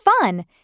fun